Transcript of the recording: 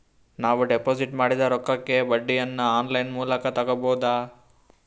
ನಾವು ಡಿಪಾಜಿಟ್ ಮಾಡಿದ ರೊಕ್ಕಕ್ಕೆ ಬಡ್ಡಿಯನ್ನ ಆನ್ ಲೈನ್ ಮೂಲಕ ತಗಬಹುದಾ?